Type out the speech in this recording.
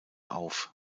auf